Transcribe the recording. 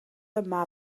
yma